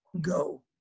go